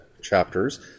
chapters